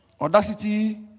Audacity